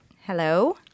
Hello